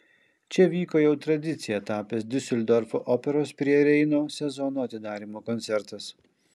čia vyko jau tradicija tapęs diuseldorfo operos prie reino sezono atidarymo koncertas